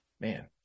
man